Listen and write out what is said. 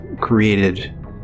created